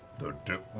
the dead.